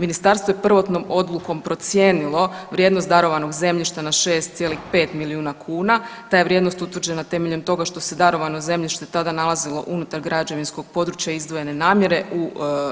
Ministarstvo je prvotnom odlukom procijenilo vrijednost darovanog zemljišta na 6,5 milijuna kuna, ta je vrijednost utvrđena temeljem toga što se darovano zemljište tada nalazilo unutar građevinskog područja izdvojene namjere u